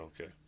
okay